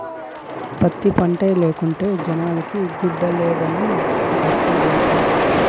పత్తి పంటే లేకుంటే జనాలకి గుడ్డలేడనొండత్తనాయిట